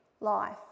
life